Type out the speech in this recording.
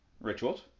rituals